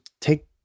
take